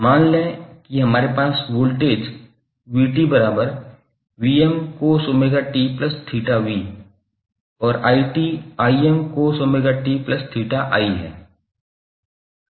मान लें कि हमारे पास वोल्टेज 𝑣𝑡cos𝜔𝑡𝜃𝑣 और 𝑖𝑡cos𝜔𝑡𝜃𝑖 है